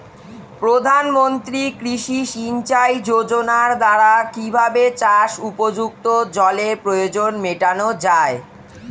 প্রধানমন্ত্রী কৃষি সিঞ্চাই যোজনার দ্বারা কিভাবে চাষ উপযুক্ত জলের প্রয়োজন মেটানো য়ায়?